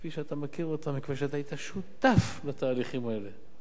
כפי שאתה מכיר אותה מכיוון שאתה היית שותף לתהליכים האלה: